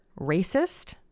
racist